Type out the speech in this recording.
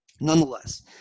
Nonetheless